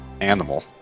animal